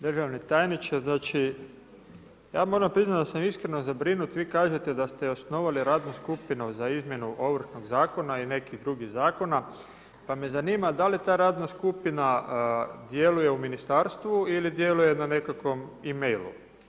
Državni tajniče, znači ja moram priznat da sam iskreno zabrinut, vi kažete da ste osnovali radnu skupinu Ovršnog zakona i nekih drugih zakona, pa me zanima da li ta radna skupina djeluje u ministarstvu ili djeluje na nekakvom e-mailu?